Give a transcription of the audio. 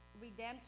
redemption